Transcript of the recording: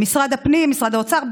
משרד הפנים ומשרד האוצר.